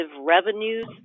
revenues